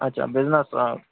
अच्छा बिजनेसचा